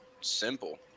simple